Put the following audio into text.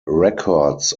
records